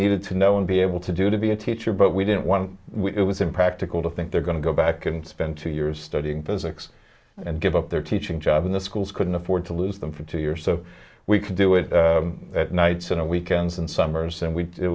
needed to know and be able to do to be a teacher but we didn't want to it was impractical to think they're going to go back and spend two years studying physics and give up their teaching job in the schools couldn't afford to lose them for two years so we could do it at nights and weekends and summers and we it